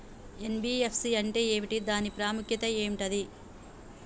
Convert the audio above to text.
NBFC అంటే ఏమిటి దాని ప్రాముఖ్యత ఏంటిది?